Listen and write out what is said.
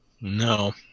No